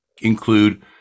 include